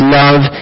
love